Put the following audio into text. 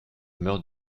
meurt